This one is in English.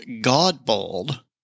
Godbold